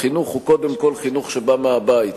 החינוך הוא קודם כול חינוך שבא מהבית.